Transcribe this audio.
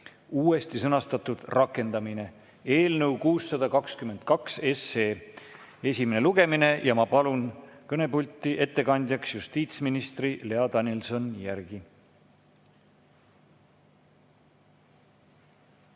(uuesti sõnastatud), rakendamine) eelnõu 622 esimene lugemine. Ma palun kõnepulti ettekandjaks justiitsminister Lea Danilson-Järgi.